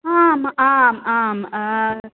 आम् आम् आम्